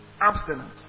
abstinence